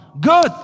Good